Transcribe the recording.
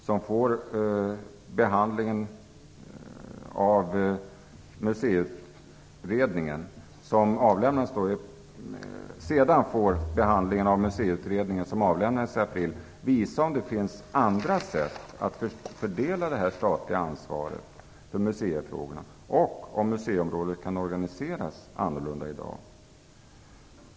Sedan får behandlingen av Museiutredningen, som avlämnades i april, visa om det finns andra sätt att fördela det statliga ansvaret för museifrågorna och om museiområdet kan organiseras annorlunda än i dag.